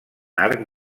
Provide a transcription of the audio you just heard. arc